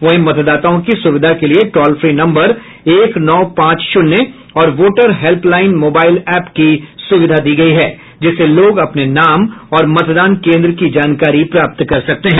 वहीं मतदाताओं की सुविधा के लिए टोल फ्री नम्बर एक नौ पांच शून्य और वोटर हेल्पलाईन मोबाईल एप की सुविधा दी गयी है जिससे लोग अपने नाम और मतदान केन्द्र की जानकारी प्राप्त कर सकते हैं